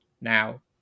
now